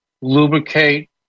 lubricate